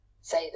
Say